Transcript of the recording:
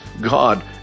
God